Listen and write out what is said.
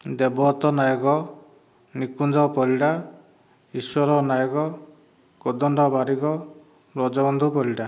Debadatta Nayak Nikunja Parida Ishwar Nayak Kodanda Barik Brajabandhu Parida